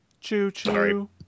Choo-choo